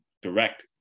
direct